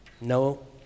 No